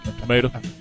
tomato